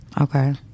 Okay